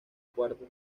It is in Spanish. cuarta